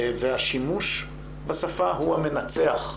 והשימוש בשפה הוא המנצח.